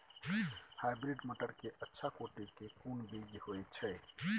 Hybrid मटर के अच्छा कोटि के कोन बीज होय छै?